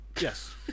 Yes